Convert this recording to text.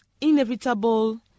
inevitable